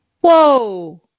Whoa